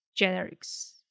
generics